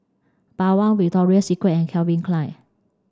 Bawang Victoria Secret and Calvin Klein